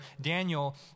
Daniel